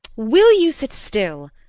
will you sit still!